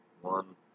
one